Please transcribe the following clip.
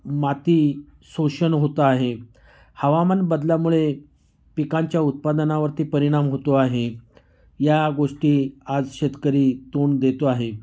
माती शोषण होतं आहे हवामान बदलल्यामुळे पिकांच्या उत्पादनावरती परिणाम होतो आहे या गोष्टी आज शेतकरी तोंड देतो आहे